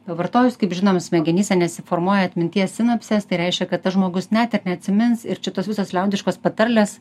pavartojus kaip žinom smegenyse nesiformuoja atminties sinapsės tai reiškia kad tas žmogus net neatsimins ir čia tos visos liaudiškos patarlės